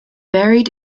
buried